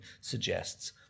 suggests